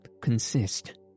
consist